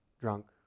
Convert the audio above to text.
drunk